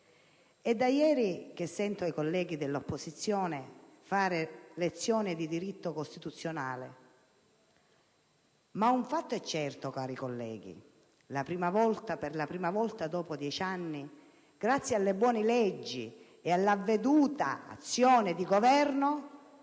è da ieri che sento i senatori dell'opposizione fare lezioni di diritto costituzionale, ma un fatto è certo, cari colleghi: per la prima volta dopo dieci anni, grazie alle buone leggi e all'avveduta azione di Governo,